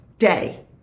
day